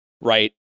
right